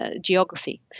geography